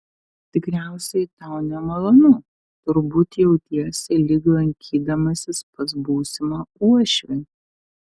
tikriausiai tau nemalonu turbūt jautiesi lyg lankydamasis pas būsimą uošvį